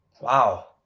Wow